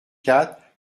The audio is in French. quatre